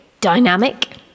dynamic